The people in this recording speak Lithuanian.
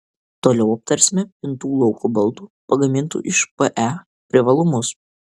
toliau aptarsime pintų lauko baldų pagamintų iš pe privalumus